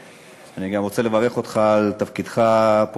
ואני גם רוצה לברך אותך על תפקידך פה